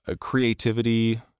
creativity